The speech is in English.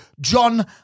John